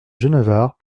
genevard